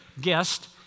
guest